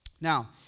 Now